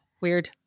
Weird